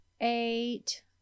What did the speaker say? eight